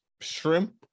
shrimp